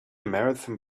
marathon